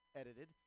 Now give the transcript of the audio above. edited